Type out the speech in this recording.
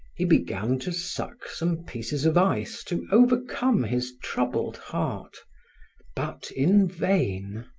he began to suck some pieces of ice to overcome his troubled heart but in vain.